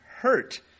hurt